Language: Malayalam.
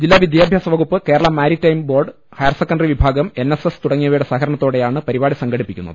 ജില്ലാ വിദ്യാ ഭ്യാസ വകുപ്പ് Kerala maritime board higher secondary വിഭാഗം എൻ എസ് എസ് തുടങ്ങിവയുടെ സഹകരണത്തോടെ യാണ് പരിപാടി സംഘടിപ്പിക്കുന്നത്